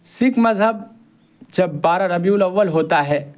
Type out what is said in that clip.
سکھ مذہب جب بارہ ربیع الاول ہوتا ہے